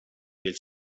ells